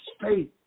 faith